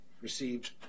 received